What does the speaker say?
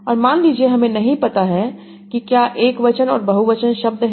और मान लीजिए हमें नहीं पता कि क्या एकवचन और बहुवचन शब्द हैं